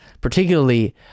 particularly